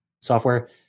software